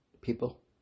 people